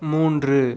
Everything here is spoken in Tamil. மூன்று